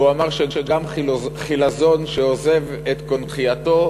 והוא אמר שגם חילזון שעוזב את קונכייתו,